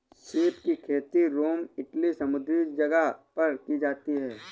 सीप की खेती रोम इटली समुंद्री जगह पर की जाती है